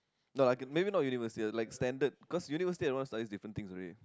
no like maybe not university like standard cause university everyone studies different things already